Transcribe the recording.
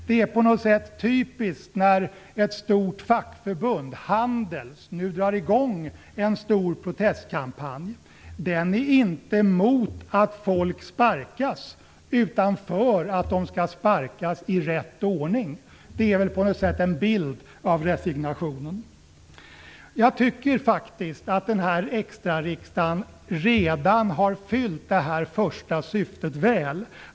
Det är typiskt att ett stort fackförbund - Handels - nu drar i gång en stor protestkampanj som inte är emot att folk sparkas, utan för att de skall sparkas i rätt ordning. Det är en bild av resignationen. Jag tycker faktiskt att denna extrariksdag redan har fyllt detta första syfte väl.